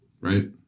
right